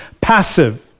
passive